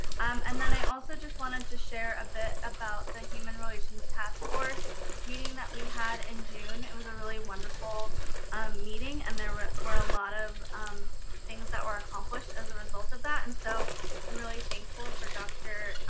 um and then i also just wanted to share a bit about the human relations task force meeting that we had in and june. it was a really wonderful meeting and there were were a lot of things that were accomplished as a result of that. and so i'm really thankful for dr.